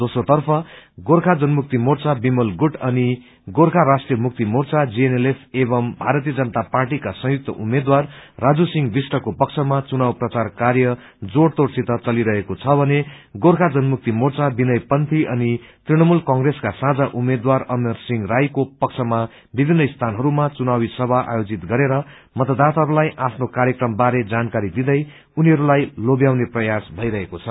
दोस्रोतर्फ गार्खा जनमुक्ति गोर्खा विमल गुट अनि गोर्खा राष्ट्रीय मुक्ति मोर्चा जीएनएलएफ एवं भारतीय जनता पार्टीका संयुक्त उम्मेद्वार राजु सिंह विष्टको पक्षमा चुनाव प्रचार कार्य जोरतोड़सित चलिरहेको छ भने गोर्खा जनमुक्ति मोर्चा विनय पन्थी अनि तृणमूल कंग्रेसका साझा उम्मेद्वार अमर सिंह राईको पक्षमा विभिन्न स्थानहरू चुनावी सभा आयोजित गरेर मतदाताहरूलाई आफ्नो कार्यक्रमहरू बारे जानकारी दिँदै उनलहरूलाई लोभ्याउने प्रयास गरिरहेका छन्